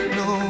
no